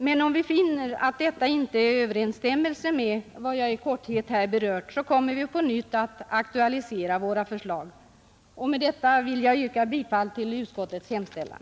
Men om vi finner att detta inte är i överensstämmelse med vad jag här i korthet har anfört, så kommer vi att på nytt aktualisera våra förslag. Herr talman! Med det anförda yrkar jag bifall till utskottets hemställan.